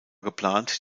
geplant